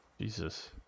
Jesus